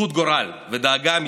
שותפות גורל ודאגה אמיתית.